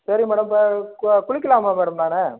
சரி மேடம் இப்போ கொ குளிக்கலாமா மேடம் நான்